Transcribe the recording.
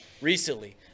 recently